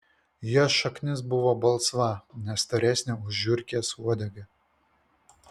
jos šaknis buvo balsva ne storesnė už žiurkės uodegą